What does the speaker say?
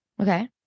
okay